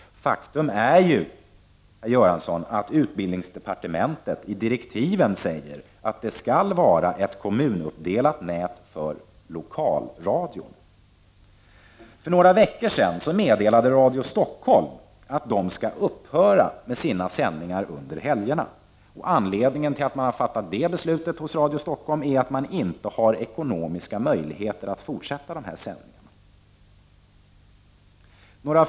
Men faktum är, herr Göransson, att utbildningsdepartementet i direktiven säger att det skall vara ett kommunuppdelat nät för lokalradion. För några veckor sedan meddelade Radio Stockholm att man skall upphöra med sina sändningar under helgerna. Anledningen till det beslutet hos Radio Stockholm är att man inte har ekonomiska möjligheter att fortsätta med sina sändningar.